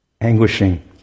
anguishing